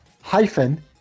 hyphen